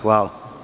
Hvala.